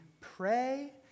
pray